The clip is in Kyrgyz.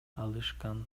алышкан